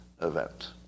event